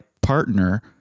partner